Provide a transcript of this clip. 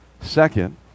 second